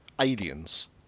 Aliens